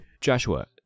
Joshua